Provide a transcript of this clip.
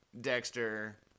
Dexter